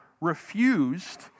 refused